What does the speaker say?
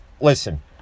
listen